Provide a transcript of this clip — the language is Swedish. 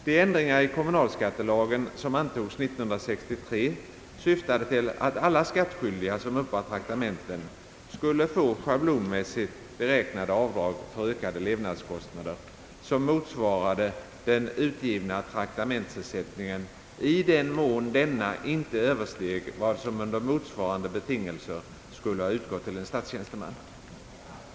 De ändringar i kommunalskattelagen som antogs år 1963 syftade till att alla skattskyldiga, som uppbar traktamenten, skulle få schablonmässigt beräknade avdrag för ökade levnadskostnader, som motsvarade den utgivna traktamentsersättningen i den mån denna inte översteg vad som under motsvarande betingelser skulle ha utgått till en statstjänsteman.